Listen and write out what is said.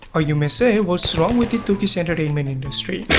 or you may say what's wrong with the turkish entertainment industry,